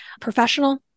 professional